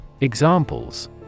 Examples